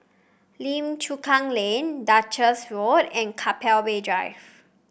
Lim Chu Kang Lane Duchess Walk and Keppel Bay Drive